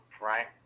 right